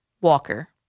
Walker